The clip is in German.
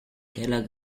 keller